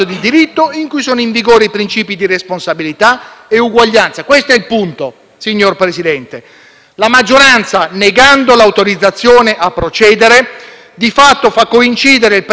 La maggioranza, negando l'autorizzazione a procedere, di fatto fa coincidere il preminente interesse pubblico con una ragione di Stato assoluta e fine a sé stessa. Questo è il punto,